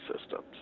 systems